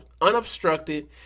unobstructed